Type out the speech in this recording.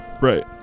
Right